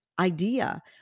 Idea